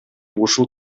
ушул